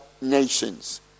nations